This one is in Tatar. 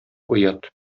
оят